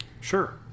Sure